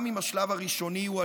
גם אם השלב הראשוני הוא,